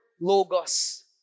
logos